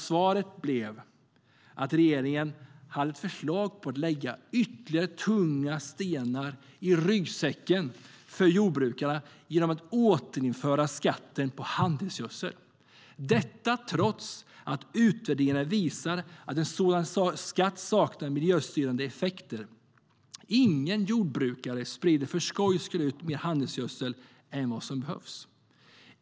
Svaret blev att regeringen hade ett förslag på att lägga ytterligare tunga stenar i ryggsäcken för jordbrukarna genom att återinföra skatten på handelsgödsel - detta trots att utvärderingar visar att en sådan skatt saknar miljöstyrande effekter. Ingen jordbrukare sprider för skojs skull ut mer handelsgödsel än vad som behövs.